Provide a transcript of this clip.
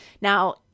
Now